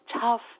tough